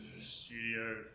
Studio